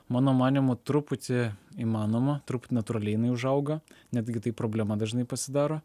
mano manymu truputį įmanoma truputį natūraliai jinai užauga netgi tai problema dažnai pasidaro